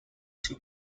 two